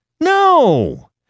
No